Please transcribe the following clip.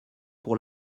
pour